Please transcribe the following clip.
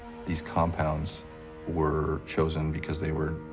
these compounds were chosen because they were,